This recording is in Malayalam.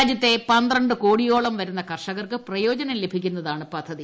രാജ്യത്തെ പന്ത്ര ് കോടിയോളം വരുന്ന കർഷകർക്ക് പ്രയോജനം ലഭിക്കുന്നതാണ് പദ്ധതി